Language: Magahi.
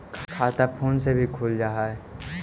खाता फोन से भी खुल जाहै?